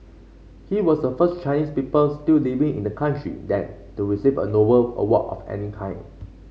he was the first Chinese people still living in the country then to receive a Nobel award of any kind